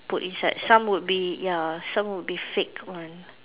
put inside some would be ya some would be fake one